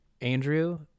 Andrew